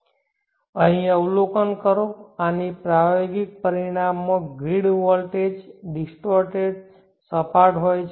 અહીં અવલોકન કરો આના પ્રાયોગિક પરિણામમાં ગ્રીડ વોલ્ટેજ ડિસ્ટોર્ટેડ સપાટ ટોચ છે